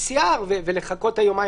אני צריך לקבל אישור מרח"ל,